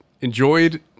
enjoyed